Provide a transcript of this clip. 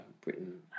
Britain